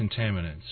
contaminants